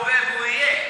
הוא הווה והוא יהיה,